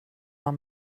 var